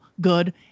good